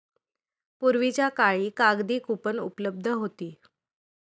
पूर्वीच्या काळी कागदी कूपन उपलब्ध होती